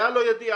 הייתה לו ידיעה,